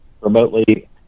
remotely